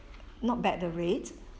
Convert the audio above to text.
not bad the rate